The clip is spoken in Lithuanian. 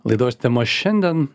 laidos tema šiandien